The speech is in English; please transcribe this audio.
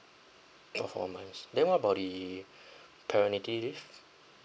orh four months then what about the paternity leave